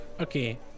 okay